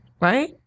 right